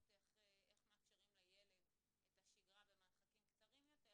איך מאפשרים לילד את השגרה במרחקים קצרים יותר,